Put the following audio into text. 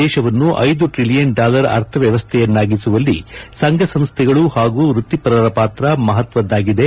ದೇಶವನ್ನು ಐದು trillion dollar ಅರ್ಥವ್ಯವಸ್ಥೆಯನ್ನಾಗಿಸುವಲ್ಲಿ ಸಂಘ ಸಂಸ್ಥೆಗಳು ಹಾಗೂ ವೃತ್ತಿಪರರ ಪಾತ್ರ ಮಹತ್ವದ್ದಾಗಿದೆ